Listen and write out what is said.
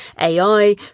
AI